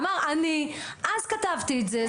ואמר אני אז כתבתי את זה,